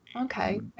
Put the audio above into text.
okay